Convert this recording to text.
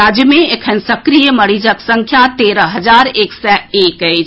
राज्य मे एखन सक्रिय मरीजक संख्या तेरह हजार एक सय एक अछि